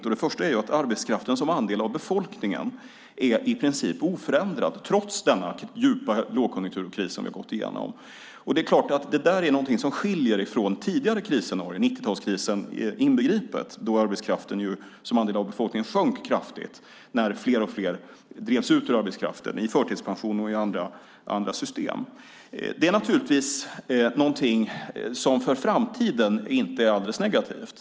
Till att börja med är arbetskraften som andel av befolkningen i princip oförändrad trots den djupa lågkonjunkturkris vi har gått igenom. Det är klart att det är någonting som skiljer den från tidigare krisscenarier - 90-talskrisen inbegripen, då arbetskraften som andel av befolkningen sjönk kraftigt när fler och fler drevs ut ur arbetskraften in i förtidspension och andra system. Detta är naturligtvis någonting som för framtiden inte är alldeles negativt.